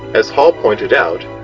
as hall pointed out,